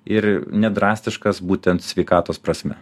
ir ne drastiškas būtent sveikatos prasme